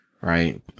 Right